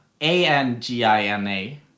A-N-G-I-N-A